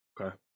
Okay